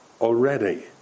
already